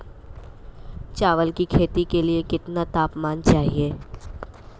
चावल की खेती के लिए कितना तापमान चाहिए?